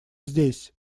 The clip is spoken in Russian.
здесь